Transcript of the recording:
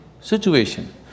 situation